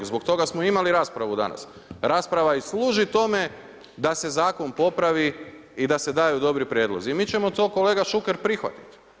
Zbog toga smo imali danas raspravu, rasprava i služi tome da se zakon popravi i da se daju dobri prijedlozi i mi ćemo to kolega Šuker prihvatiti.